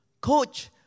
Coach